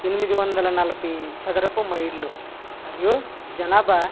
ఎనిమిది వందల నలభై చదరపు మైళ్ళు మరియు జనాభా